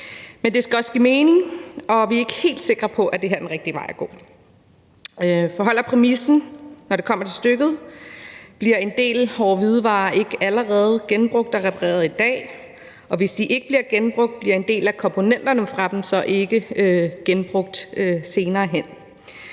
men det skal også give mening, og vi er ikke helt sikre på, at det her er den rigtige vej at gå. For holder præmissen, når det kommer til stykket? Bliver en del hårde hvidevarer ikke allerede genbrugt og repareret i dag? Og hvis de ikke bliver genbrugt, bliver en del af komponenterne fra dem så ikke genbrugt senere hen?